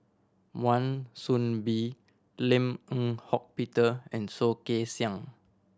Wan Soon Bee Lim Eng Hock Peter and Soh Kay Siang